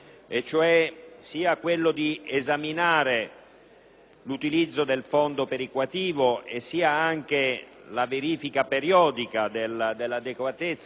dell'utilizzo del fondo perequativo, ma anche di verifica periodica dell'adeguatezza delle risorse finanziarie di ciascun livello di governo.